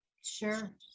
Sure